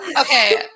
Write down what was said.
Okay